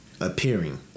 Appearing